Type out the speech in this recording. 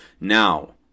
Now